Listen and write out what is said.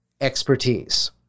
expertise